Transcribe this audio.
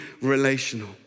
relational